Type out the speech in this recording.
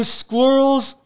squirrels